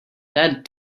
that